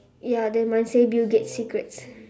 ya then mine say bill-gates secrets